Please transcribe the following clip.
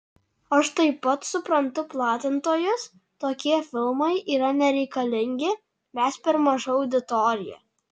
aš taip pat suprantu platintojus tokie filmai yra nereikalingi mes per maža auditorija